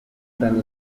gran